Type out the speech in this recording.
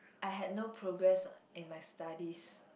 I had no progress in my studies